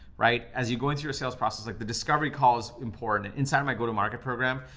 right. as you going through a sales process, like the discovery call is important, and inside of my go-to-market program,